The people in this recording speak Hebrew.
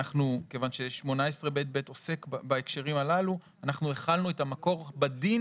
כיוון ש-18ב(ב) עוסק בהקשרים הללו אנחנו החלנו את המקור בדין